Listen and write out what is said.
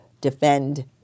defend